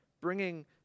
bringing